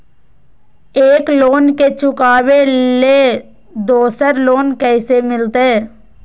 एक लोन के चुकाबे ले दोसर लोन कैसे मिलते?